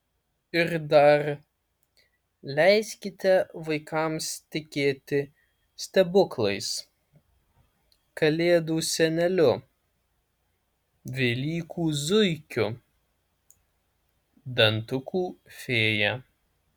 ir dar leiskite vaikams tikėti stebuklais kalėdų seneliu velykų zuikiu dantukų fėja